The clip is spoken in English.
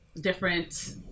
different